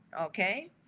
Okay